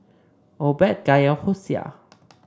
Obed Kaya Hosea